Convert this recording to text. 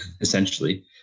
Essentially